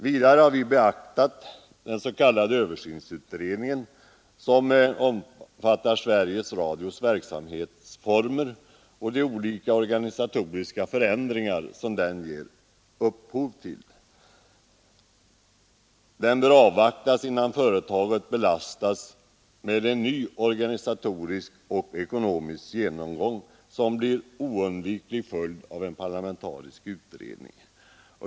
Vidare har vi beaktat den s.k. översynsutredningen, som omfattar Sveriges Radios verksamhetsformer, och de olika organisatoriska förändringar som denna ger upphov till. Den bör avvaktas innan företaget belastas med en ny organisatorisk och ekonomisk genomgång, som blir en oundviklig följd av en parlamentarisk utredning.